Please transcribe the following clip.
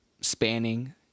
spanning